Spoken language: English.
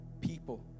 people